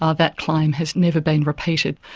ah that claim has never been repeated.